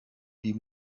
die